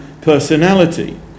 personality